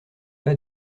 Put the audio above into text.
pas